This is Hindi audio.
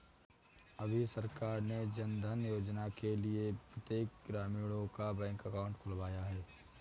अभी सरकार ने जनधन योजना के लिए प्रत्येक ग्रामीणों का बैंक अकाउंट खुलवाया है